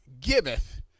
giveth